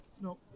No